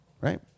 right